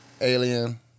Alien